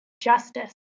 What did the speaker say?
justice